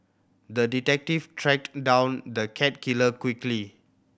the detective tracked down the cat killer quickly